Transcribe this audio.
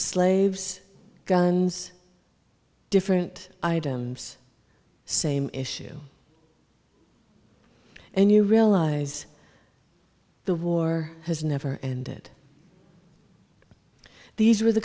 slaves guns different items same issue and you realize the war has never ended these are the